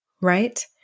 right